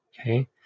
Okay